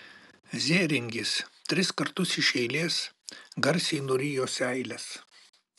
zėringis tris kartus iš eilės garsiai nurijo seiles